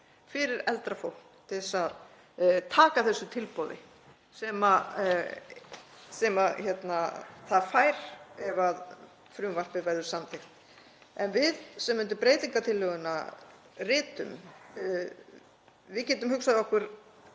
fyrir eldra fólk til að taka þessu tilboði sem það fær ef frumvarpið verður samþykkt. En við sem undir breytingartillöguna ritum getum hugsað okkur